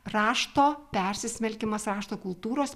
rašto persismelkimas rašto kultūros